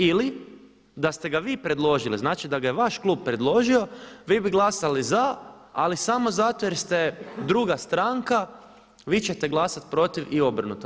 Ili, da ste ga vi predložili, znači da ga je vaš klub predložio vi bi glasali za ali samo zato jer ste druga stranka vi ćete glasati protiv i obrnuto.